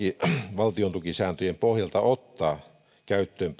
valtiontukisääntöjen pohjalta ottaa käyttöön